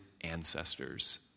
ancestors